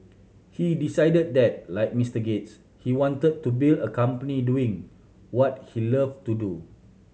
he decided that like Mister Gates he wanted to build a company doing what he loved to do